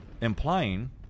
implying